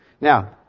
Now